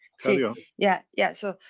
ah yeah, yeah yeah so,